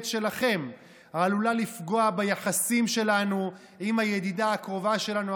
שלכם עלולה לפגוע ביחסים שלנו עם הידידה הקרובה שלנו,